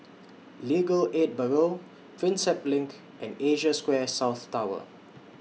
Legal Aid Bureau Prinsep LINK and Asia Square South Tower